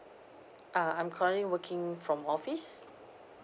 ah I'm currently working from office